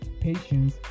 patience